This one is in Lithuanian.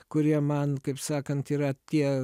kurie man kaip sakant yra tie